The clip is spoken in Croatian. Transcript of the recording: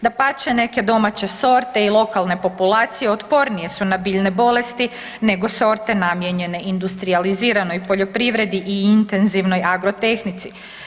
Dapače, neke domaće sorte i lokalne populacije otpornije su na biljne bolesti nego sorte namijenjene industrijaliziranoj poljoprivredi i intenzivnoj agrotehnici.